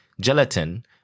gelatin